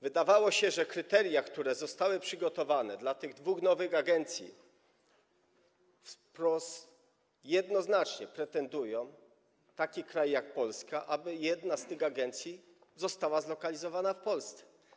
Wydawało się, że kryteria, które zostały przygotowane dla tych dwóch nowych agencji, jednoznacznie predestynują taki kraj jak Polska, aby jedna z tych agencji została zlokalizowana w Polsce.